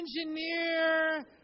engineer